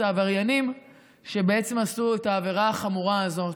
העבריינים שעשו את העבירה החמורה הזאת.